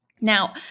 Now